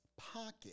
pocket